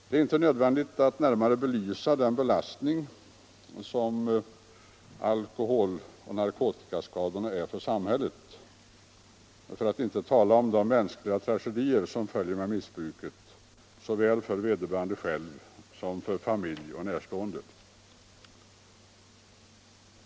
Det är inte nödvändigt att närmare belvsa den belastning som alkohol och narkotikaskadorna är för samhället, för att inte tala om de mänskliga tragedier som följer med missbruket såväl för vederbörande själv som för familj och närstående.